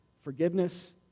Forgiveness